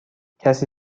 کسی